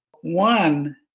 One